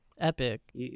Epic